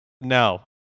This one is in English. no